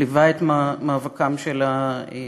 שליווה את מאבקם של הכבאים,